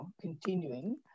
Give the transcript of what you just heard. continuing